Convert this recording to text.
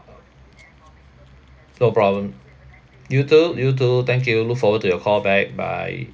no problem you too you too thank you look forward to your call back bye